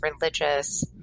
religious